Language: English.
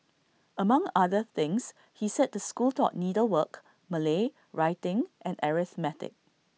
among other things he said the school taught needlework Malay writing and arithmetic